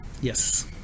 Yes